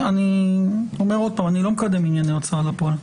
אני לא מקדם עניינים של הוצאה לפועל,